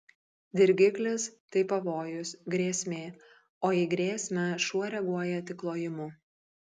dirgiklis tai pavojus grėsmė o į grėsmę šuo reaguoja tik lojimu